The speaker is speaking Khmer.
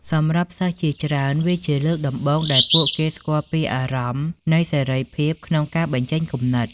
សម្រាប់សិស្សជាច្រើន វាជាលើកដំបូងដែលពួកគេស្គាល់ពីអារម្មណ៍នៃសេរីភាពក្នុងការបញ្ចេញគំនិត។